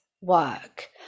work